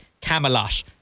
Camelot